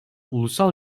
ulusal